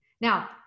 Now